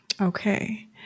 Okay